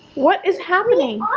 what is happening?